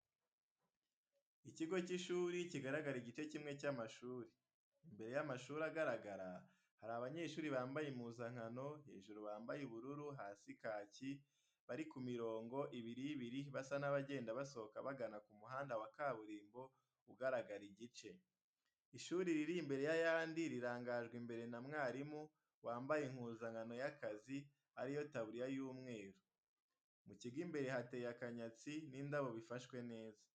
Ikigo cy'ishuri kigaragara igice kimwe cy'amashuri. Imbere y'amashuri agaragara, hari abanyeshuri bambaye impuzankano, hejuru bambaye ubururu hasi kaki, bari ku mirongo ibiri ibiri, basa n'abagenda basohoka bagana ku muhanda wa kaburimbo ugaragara igice. Ishuri riri imbere y'ayandi rirangajwe imbere na mwarimu, wambaye impuzankano y'akazi, ariyo taburiya y'umweru. Mu kigo imbere hateye akanyatsi n'indabo bifashwe neza.